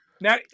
Now